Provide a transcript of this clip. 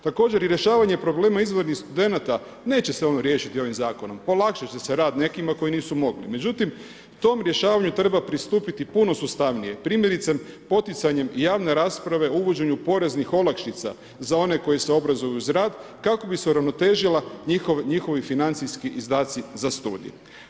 Također i rješavanje problema izvanrednih studenata neće se on riješiti ovim zakonom, olakšat će se rad nekima koji nisu mogli, međutim tom rješavanju treba pristupiti puno sustavnije, primjerice poticanjem javne rasprave o uvođenju poreznih olakšica za one koje se obrazuju uz rad kako bi se uravnotežili njihovi financijski izdaci za studije.